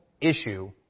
issue